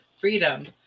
freedom